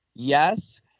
Yes